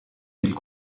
villes